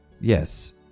Yes